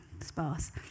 sparse